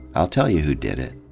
i'll tell you who d id it.